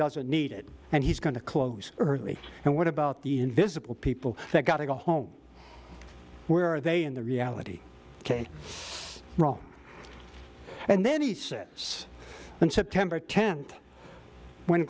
doesn't need it and he's going to close early and what about the invisible people that got to go home where are they in the reality ok wrong and then he said so and september tenth when